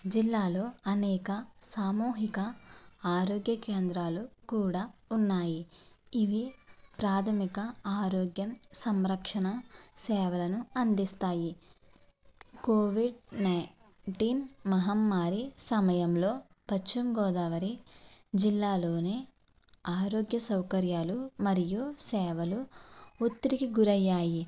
జిల్లాలో అనేక సామూహిక ఆరోగ్య కేంద్రాలు కూడా ఉన్నాయి ఇవి ప్రాథమిక ఆరోగ్యం సంరక్షణ సేవలను అందిస్తాయి కోవిడ్ నైన్టీన్ మహమ్మారి సమయంలో పశ్చిమగోదావరి జిల్లాలోని ఆరోగ్య సౌకర్యాలు మరియు సేవలు ఒత్తిడికి గురయ్యాయి